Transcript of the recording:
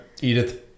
edith